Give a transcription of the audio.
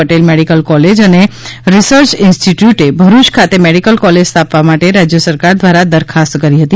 Patel medical college અને research ઇન્સ્ટીટ્યુટે ભરૂચ ખાતે મેડીકલ કોલેજ સ્થાપવા માટે રાજ્ય સરકાર દ્વારા દરખાસ્ત કરી હતી